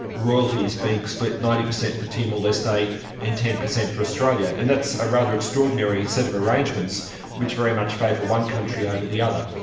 royalties being split ninety percent for timor-leste and ten percent for australia. and that's a rather extraordinary set of arrangements which very much favour one country over the other.